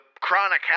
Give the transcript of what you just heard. chronic